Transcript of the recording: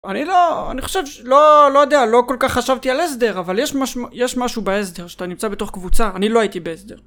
אני לא... אני חושב ש... לא... לא יודע, לא כל כך חשבתי על הסדר, אבל יש משהו בהסדר, שאתה נמצא בתוך קבוצה. אני לא הייתי בהסדר.